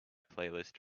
playlist